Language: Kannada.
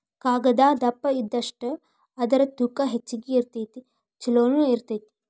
ಕಾಗದಾ ದಪ್ಪ ಇದ್ದಷ್ಟ ಅದರ ತೂಕಾ ಹೆಚಗಿ ಇರತತಿ ಚುಲೊನು ಇರತತಿ